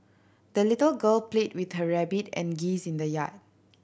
the little girl played with her rabbit and geese in the yard